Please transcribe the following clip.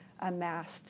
amassed